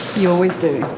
you always do?